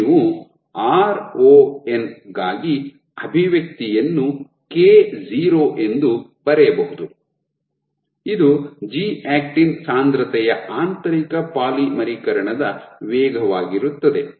ನೀವು ron ಗಾಗಿ ಅಭಿವ್ಯಕ್ತಿಯನ್ನು k0 ಎಂದು ಬರೆಯಬಹುದು ಇದು ಜಿ ಆಕ್ಟಿನ್ ಸಾಂದ್ರತೆಯ ಆಂತರಿಕ ಪಾಲಿಮರೀಕರಣದ ವೇಗವಾಗಿರುತ್ತದೆ